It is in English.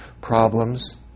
problems